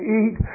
eat